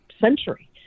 century